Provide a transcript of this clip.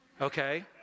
Okay